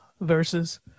verses